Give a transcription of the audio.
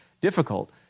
difficult